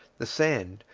the sand,